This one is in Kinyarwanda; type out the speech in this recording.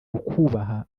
ukubaha